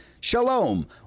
Shalom